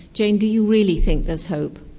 jane, do you really think there's hope?